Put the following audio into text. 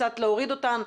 קצת מורידים אותן.